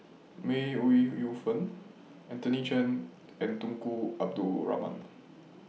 May Ooi Yu Fen Anthony Chen and Tunku Abdul Rahman